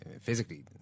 physically